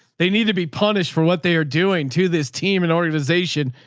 they need to be punished for what they are doing to this team and organization,